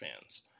fans